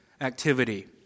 Activity